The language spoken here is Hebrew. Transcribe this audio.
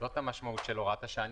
זאת המשמעות של הוראת השעה.